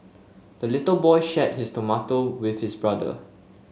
the little boy shared his tomato with his brother